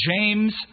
James